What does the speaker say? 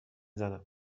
زنم